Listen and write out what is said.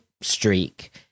streak